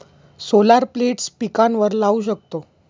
solar plates पिकांवर लाऊ शकतो